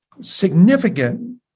significant